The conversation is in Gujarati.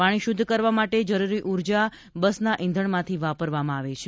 પાણી શુદ્ધ કરવા માટે જરૂરી ઉર્જા બસના ઇંધણમાંથી વાપરવામાં આવે છે